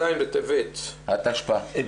היו